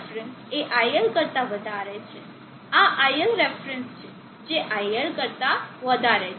iLref એ IL કરતા વધારે છે આ iLref છે જે IL કરતા વધારે છે